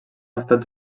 estats